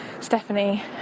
Stephanie